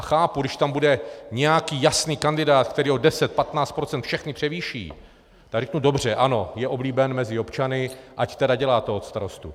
Chápu, když tam bude nějaký jasný kandidát, který o 1015 % všechny převýší, tak řeknu dobře, ano, je oblíbený mezi občany, ať tedy dělá toho starostu.